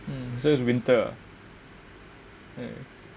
um so it's winter